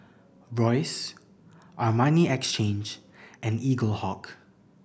Royce Armani Exchange and Eaglehawk